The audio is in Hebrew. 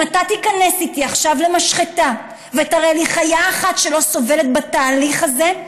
אם אתה תיכנס איתי עכשיו למשחטה ותראה לי חיה אחת שלא סובלת בתהליך הזה,